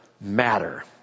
matter